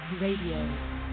Radio